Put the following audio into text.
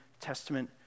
Testament